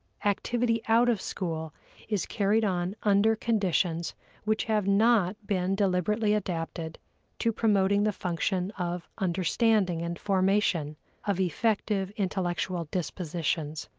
activity out of school is carried on under conditions which have not been deliberately adapted to promoting the function of understanding and formation of effective intellectual dispositions.